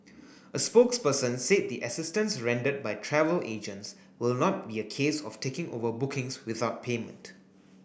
a spokesperson said the assistance rendered by travel agents will not be a case of taking over bookings without payment